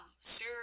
Sir